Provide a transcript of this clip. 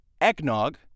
eggnog